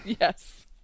yes